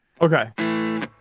Okay